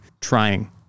trying